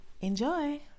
Enjoy